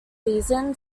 season